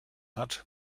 hat